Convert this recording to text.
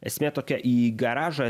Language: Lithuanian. esmė tokia į garažą